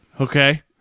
Okay